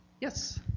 Yes